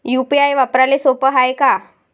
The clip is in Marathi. यू.पी.आय वापराले सोप हाय का?